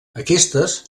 aquestes